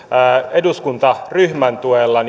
eduskuntaryhmän tuella